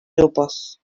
grupos